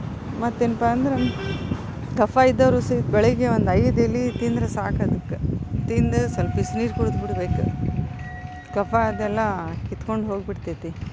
ಮತ್ತೇನಪ್ಪಾ ಅಂದ್ರೆ ಕಫ ಇದ್ದವರು ಸಹಿತ ಬೆಳಗ್ಗೆ ಒಂದೈದು ಎಲೆ ತಿಂದ್ರೆ ಸಾಕು ಅದಕ್ಕೆ ತಿಂದರೆ ಸ್ವಲ್ಪ ಬಿಸ್ನೀರು ಕುಡಿದ್ಬಿಡ್ಬೇಕು ಕಫ ಅದೆಲ್ಲ ಕಿತ್ಕೊಂಡು ಹೋಗಿಬಿಡ್ತೈತಿ